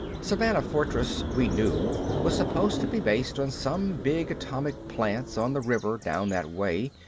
savannah fortress, we knew, was supposed to be based on some big atomic plants on the river down that way,